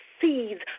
seeds